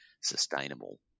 sustainable